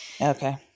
Okay